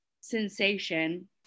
sensation